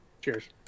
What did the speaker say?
Cheers